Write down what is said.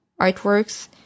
artworks